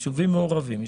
יישובים מעורבים,